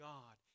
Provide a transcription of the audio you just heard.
God